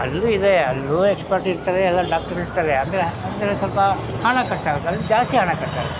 ಅಲ್ಲೂ ಇದೆ ಅಲ್ಲೂ ಎಕ್ಸ್ಪರ್ಟ್ ಇರ್ತಾರೆ ಎಲ್ಲ ಡಾಕ್ಟ್ರು ಇರ್ತಾರೆ ಅಂದರೆ ಅಂದರೆ ಸ್ವಲ್ಪ ಹಣ ಖರ್ಚಾಗುತ್ತೆ ಅಲ್ಲಿ ಜಾಸ್ತಿ ಹಣ ಖರ್ಚಾಗುತ್ತೆ